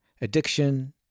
addiction